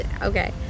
Okay